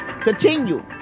Continue